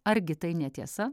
argi tai netiesa